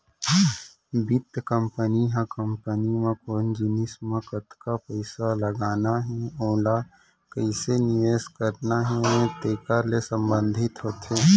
बित्त कंपनी ह कंपनी म कोन जिनिस म कतका पइसा लगाना हे ओला कइसे निवेस करना हे तेकर ले संबंधित होथे